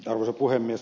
arvoisa puhemies